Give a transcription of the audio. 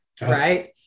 Right